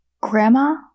Grandma